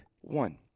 One